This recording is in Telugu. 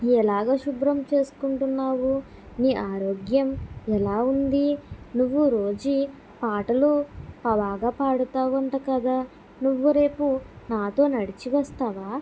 ఎలాగా శుభ్రం చేసుకుంటున్నావు నీ ఆరోగ్యం ఎలా ఉంది నువ్వు రోజు పాటలు బాగా పాడతావు అంట కదా నువ్వు రేపు నాతో నడచి వస్తావా